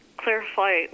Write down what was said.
Clarify